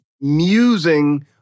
musing